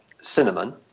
cinnamon